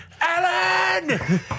Alan